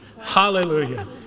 Hallelujah